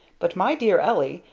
but my dear ellie,